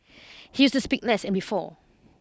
he used to speak less and before